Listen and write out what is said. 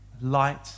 Light